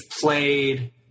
played